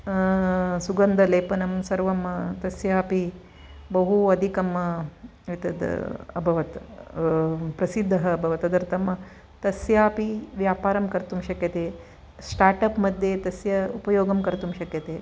सुगन्धलेपनं सर्वं तस्यापि बहु अधिकम् एतत् अभवत् प्रसिद्धः अभवत् तदर्थं तस्यापि व्यापरं कर्तुं शक्यते स्तार्टप् मध्ये तस्य उपयोगं कर्तुं शक्यते